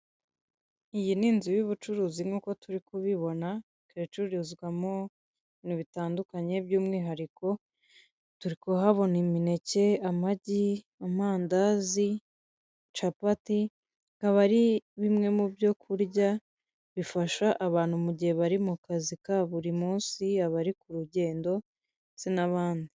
Iyi ni inzu y'ubucuruzi nk'uko turi kubibona, ikaba icururizwamo ibintu bitandukanye by'umwihariko turi kuhabon imineke, amagi, amandazi, capati, akaba ari bimwe mu byo kurya bifasha abantu mu gihe bari mu kazi ka buri munsi, abari kurugendo ndetse n'abandi.